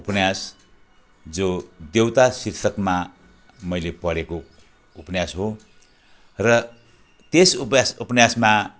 उपन्यास जो देउता शीर्षकमा मैले पढेको उपन्यास हो र त्यस उपन्यास उपन्यासमा